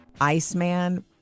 Iceman